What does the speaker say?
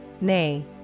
Nay